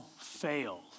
fail